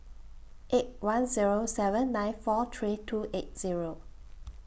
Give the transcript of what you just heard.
eight one Zero seven nine four three two eight Zero